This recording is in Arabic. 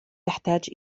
تحتاج